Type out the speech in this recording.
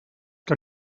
que